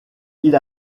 ils